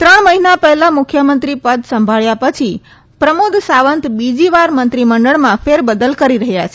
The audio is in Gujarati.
ત્રણ મહિના પહેલા મુખ્યમંત્રી પદ સભાંબ્યા પછી પ્રમોદ સાવંત બીજીવાર મંત્રીમંડળમાં ફેરબદલ કરી રહયાં છે